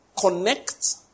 connect